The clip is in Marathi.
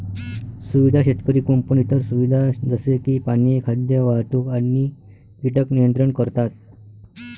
सुविधा शेतकरी कुंपण इतर सुविधा जसे की पाणी, खाद्य, वाहतूक आणि कीटक नियंत्रण करतात